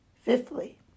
Fifthly